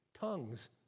tongues